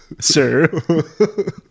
sir